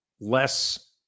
less